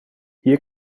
hier